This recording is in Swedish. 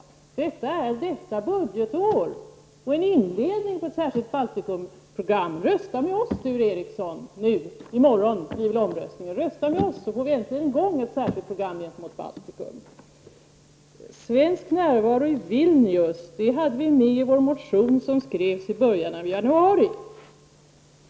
Dessa pengar gäller detta budgetår, och de är en inledning på ett särskilt Baltikumprogram. Rösta med oss i morgon, Sture Ericson, så får vi äntligen i gång ett särskilt program för Baltikum! Förslaget om svensk närvaro i Vilnius fanns med i en moderat motion som skrevs i början av januari.